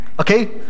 Okay